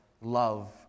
love